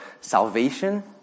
salvation